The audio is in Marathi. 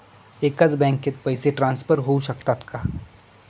एकाच बँकेत पैसे ट्रान्सफर होऊ शकतात का?